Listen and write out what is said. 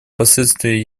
последствия